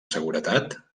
seguretat